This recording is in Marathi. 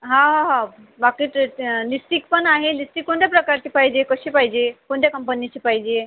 हो हो बाकीचे ते निस्तिक पण आहे लिस्टीक कोणत्या प्रकारची पाहिजे कशी पाहिजे कोणत्या कंपनीची पाहिजे